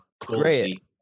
great